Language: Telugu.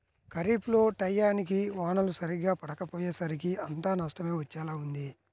ఖరీఫ్ లో టైయ్యానికి వానలు సరిగ్గా పడకపొయ్యేసరికి అంతా నష్టమే వచ్చేలా ఉంది